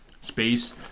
space